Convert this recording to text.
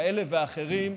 כאלה ואחרים.